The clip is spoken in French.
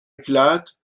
éclate